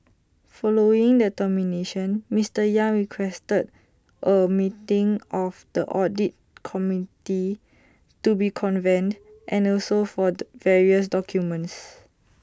following the termination Mister yang requested A meeting of the audit committee to be convened and also for the various documents